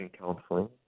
counseling